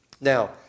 Now